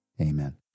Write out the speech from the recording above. amen